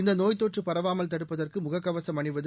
இந்த நோய் தொற்று பரவாமல் தடுப்பதற்கு முகக் கவசம் அணிவது